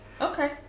Okay